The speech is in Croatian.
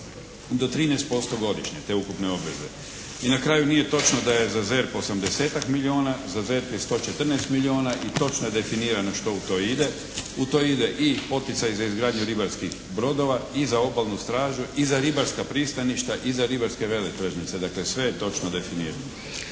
do 13% godišnje te ukupne obveze. I na kraju, nije točno da je za ZERP osamdesetak milijuna, za ZERP je 114 milijuna i točno je definirano što u to ide. U to ide i poticaji za izgradnju ribarskih brodova i za obalnu stražu, i za ribarska pristaništa, i za ribarske veletržnice. Dakle, sve je točno definirano.